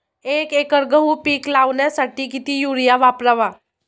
एक एकर गहू पीक लावण्यासाठी किती युरिया वापरावा?